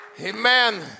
Amen